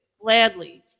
gladly